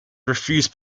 refused